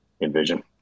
envision